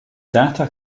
data